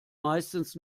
meistens